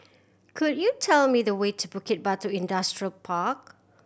could you tell me the way to Bukit Batok Industrial Park